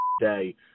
day